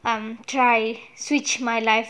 um try switch my life